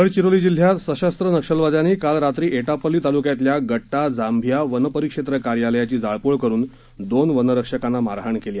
गडचिरोली जिल्ह्यात सशस्त्र नक्षलवाद्यांनी काल रात्री एटापल्ली तालुक्यात गट्टा जांभिया वनपरिक्षेत्र कार्यालयाची जाळपोळ करुन दोन वनरक्षकांना मारहाण केली